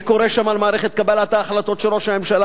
אני קורא שם על מערכת קבלת ההחלטות של ראש הממשלה